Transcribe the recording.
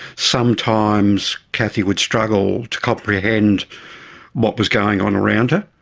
sometimes cathy would struggle to comprehend what was going on around her.